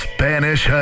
Spanish